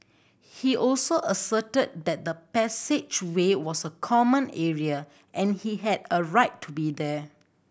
he also asserted that the passageway was a common area and he had a right to be there